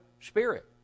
Spirit